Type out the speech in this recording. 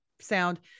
sound